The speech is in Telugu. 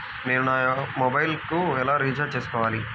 నేను నా మొబైల్కు ఎలా రీఛార్జ్ చేసుకోవాలి?